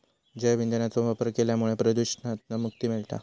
जैव ईंधनाचो वापर केल्यामुळा प्रदुषणातना मुक्ती मिळता